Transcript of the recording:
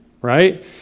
right